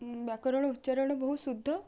ବ୍ୟାକରଣ ଉଚ୍ଚାରଣ ବହୁତ ଶୁଦ୍ଧ